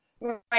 Right